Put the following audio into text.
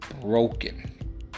broken